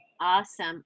Awesome